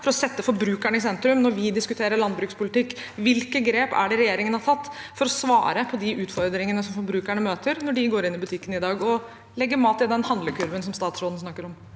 for å sette forbrukeren i sentrum, når vi diskuterer landbrukspolitikk? Hvilke grep er det regjeringen har tatt for å svare på de utfordringene som forbrukerne møter når de går inn i butikkene i dag og legger mat i den handlekurven som statsråden snakker om?